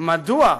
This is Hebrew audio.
מדוע?